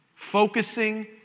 Focusing